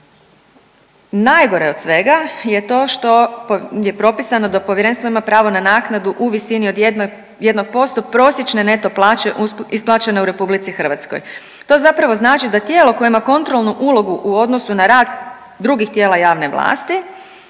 Najgore od svega je to što je propisano da povjerenstvo ima pravo na naknadi u visini od 1% prosječne neto plaće isplaćene u RH. To zapravo znači da tijelo koje ima kontrolnu ulogu u odnosu na rad drugih tijela javne vlasti